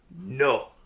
No